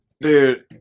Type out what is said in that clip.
dude